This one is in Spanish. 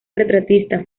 retratista